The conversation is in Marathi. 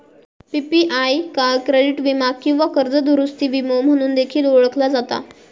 पी.पी.आय का क्रेडिट वीमा किंवा कर्ज दुरूस्ती विमो म्हणून देखील ओळखला जाता